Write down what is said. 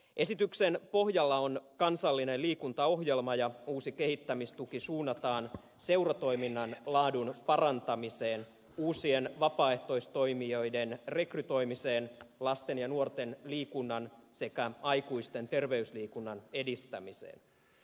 esityksen pohjalla on kansallinen liikuntaohjelma ja uusi kehittämistuki suunnataan seuratoiminnan laadun parantamiseen uusien vapaaehtoistoimijoiden rekrytoimiseen lasten ja nuorten liikunnan sekä aikuisten terveysliikunnan edistämiseen